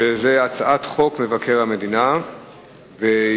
שזה הצעת חוק מבקר המדינה (תיקון,